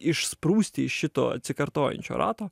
išsprūsti iš šito atsikartojančio rato